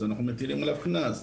אז אנחנו מטילים עליו קנס.